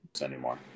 anymore